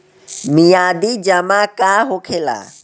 मियादी जमा का होखेला?